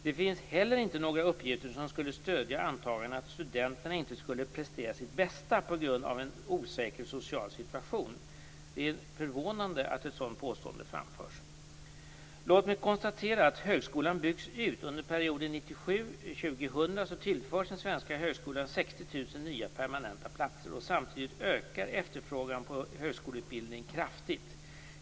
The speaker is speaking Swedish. Det finns inte heller några uppgifter som skulle stödja antagandet att studenterna inte skulle prestera sitt bästa på grund av en osäker social situation. Det är förvånande att ett sådant påstående framförs. Låt mig konstatera att högskolan byggs ut. Under perioden 1997-2000 tillförs den svenska högskolan 60 000 nya permanenta platser. Samtidigt ökar efterfrågan på högskoleutbildning kraftigt.